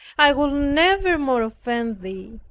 i will never more offend thee.